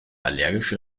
allergische